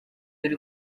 yari